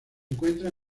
encuentra